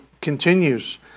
continues